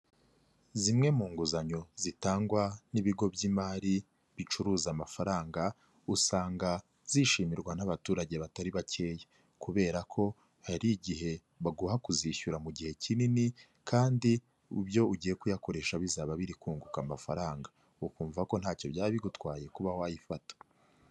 Zimwe mu nguzanyo zitangwa n'ibigo by'imari bicuruza amafaranga usanga zishimirwa n'abaturage batari bakeya kubera ko hari igihe baguha kuzishyura mu gihe kinini kandi ibyo ugiye kuyakoresha bizaba biri kunguka amafaranga, ukumva ko ntacyo byaba bigutwaye kuba wayifata.